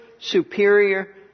superior